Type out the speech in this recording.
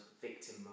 victim